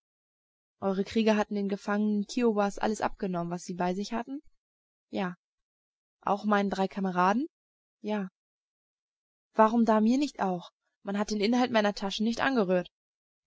eure krieger hatten den gefangenen kiowas alles abgenommen was sie bei sich hatten ja auch meinen drei kameraden ja warum da mir nicht auch man hat den inhalt meiner taschen nicht angerührt